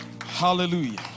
Hallelujah